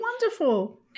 wonderful